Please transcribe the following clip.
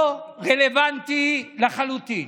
לא רלוונטי לחלוטין.